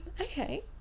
Okay